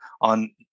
on